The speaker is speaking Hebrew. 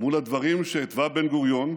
מול הדברים שהתווה בן-גוריון,